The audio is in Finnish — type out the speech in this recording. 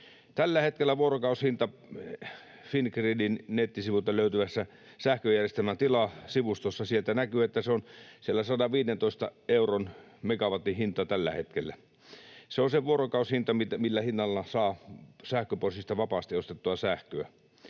on todella vaarallinen. Fingridin nettisivuilta löytyvästä sähköjärjestelmän tila -sivustosta näkyy, että tällä hetkellä megawatin vuorokausihinta on 115 euroa. Se on se vuorokausihinta, millä hinnalla saa sähköpörssistä vapaasti ostettua sähköä.